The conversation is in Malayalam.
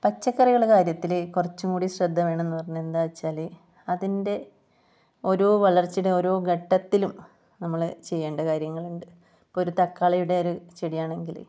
പച്ചക്കറിയുടെ കാര്യത്തിൽ കുറച്ചും കൂടി ശ്രദ്ധ വേണമെന്ന് പറഞ്ഞത് എന്താ വെച്ചാൽ അതിൻ്റെ ഓരോ വളർച്ചയുടെ ഓരോ ഘട്ടത്തിലും നമ്മൾ ചെയ്യേണ്ട കാര്യങ്ങളുണ്ട് ഇപ്പോൾ ഒരു തക്കാളിയുടെ ഒരു ചെടി ആണെങ്കിൽ